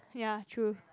ya true